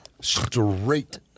Straight